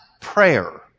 prayer